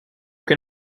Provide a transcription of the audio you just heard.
can